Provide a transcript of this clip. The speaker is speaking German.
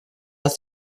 ist